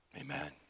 Amen